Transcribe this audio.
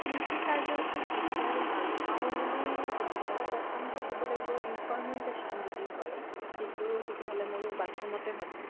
কি কি কাৰ্য্য়সূচীত গীত গাই ভাল পাওঁ বুলি সুধিলে প্ৰথমটো ক'ব লাগিব ইনফৰ্মেল চেশ্যন যদি হয় সেইটো তেতিয়াহ'লে মোৰ বাথৰূমতে ভাল লাগে